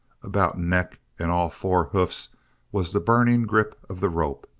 about neck and all four hoofs was the burning grip of the rope,